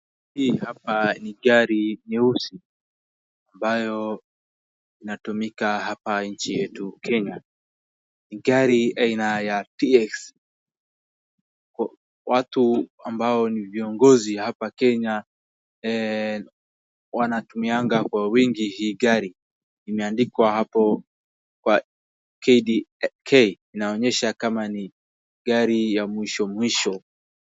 Hii hapa ni gari nyeusi ambayo inatumika hapa nchi yetu kenya. Ni gari aina ya TX, watu ambao ni viongozi hapa Kenya, wanatumianga kwa wingi hii gari. Imeandikwa hapo KDK inaonyesha kama ni gari ya mwisho mwisho.